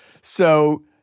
so-